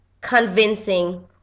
convincing